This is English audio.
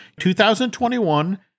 2021